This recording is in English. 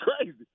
crazy